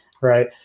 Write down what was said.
right